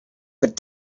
but